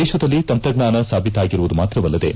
ದೇಶದಲ್ಲಿ ತಂತ್ರಜ್ಞಾನ ಸಾಬೀತಾಗಿರುವುದು ಮಾತ್ರವಲ್ಲದೇ